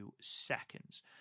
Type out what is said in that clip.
seconds